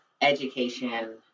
education